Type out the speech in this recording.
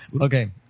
Okay